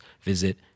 visit